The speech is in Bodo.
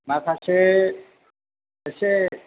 माखासे एसे